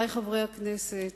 חברי חברי הכנסת,